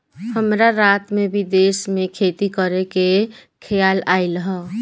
हमरा रात में विदेश में खेती करे के खेआल आइल ह